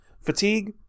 fatigue